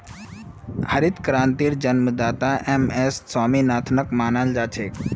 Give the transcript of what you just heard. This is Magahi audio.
हरित क्रांतिर जन्मदाता एम.एस स्वामीनाथनक माना जा छे